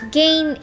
gain